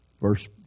verse